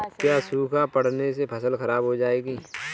क्या सूखा पड़ने से फसल खराब हो जाएगी?